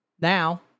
now